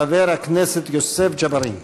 חבר הכנסת יוסף ג'בארין.